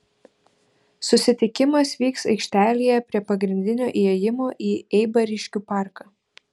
susitikimas vyks aikštelėje prie pagrindinio įėjimo į eibariškių parką